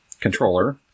controller